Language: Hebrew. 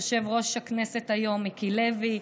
יושב-ראש הכנסת היום מיקי לוי,